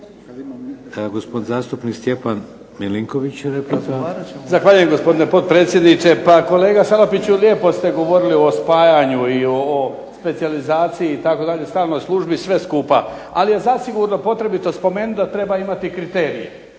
replika. **Milinković, Stjepan (HDZ)** Zahvaljujem gospodine potpredsjedniče. Pa kolega Salapiću lijepo ste govorili o spajanju i ovoj specijalizaciji itd. stalnoj službi, sve skupa. Ali je zasigurno potrebito spomenuti da treba imati i kriterije